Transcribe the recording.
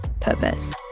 purpose